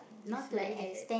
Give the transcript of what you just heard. is like that